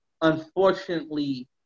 unfortunately